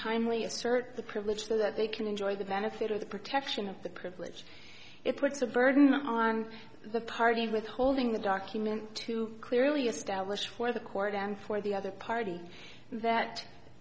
timely assert the privilege that they can enjoy the benefit of the protection of the privilege it puts a burden on the party withholding the document to clearly establish for the court and for the other party that